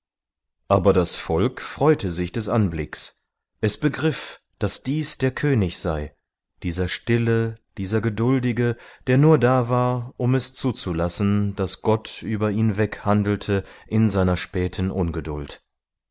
aber das volk freute sich des anblicks es begriff daß dies der könig sei dieser stille dieser geduldige der nur da war um es zuzulassen daß gott über ihn weg handelte in seiner späten ungeduld